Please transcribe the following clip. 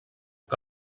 que